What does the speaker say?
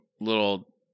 little